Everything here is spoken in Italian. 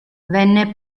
venne